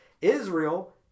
Israel